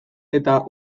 eta